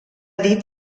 dit